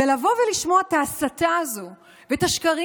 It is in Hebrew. ולבוא ולשמוע את ההסתה הזו ואת השקרים